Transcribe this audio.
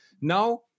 Now